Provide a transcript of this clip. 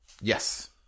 Yes